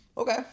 Okay